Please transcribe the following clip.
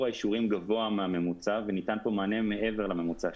האישורים גבוה מהממוצע וניתן פה מענה מעבר לממוצע,